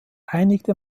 einigte